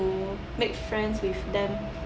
make friends with them